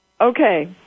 Okay